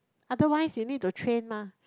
otherwise you need to train mah